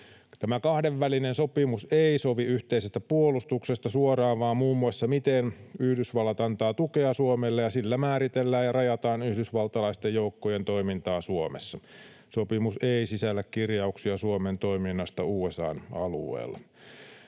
Tämä kahdenvälinen sopimus ei sovi yhteisestä puolustuksesta suoraan vaan muun muassa siitä, miten Yhdysvallat antaa tukea Suomelle, ja sillä määritellään ja rajataan yhdysvaltalaisten joukkojen toimintaa Suomessa. Sopimus ei sisällä kirjauksia Suomen toiminnasta USA:n alueella.